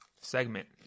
segment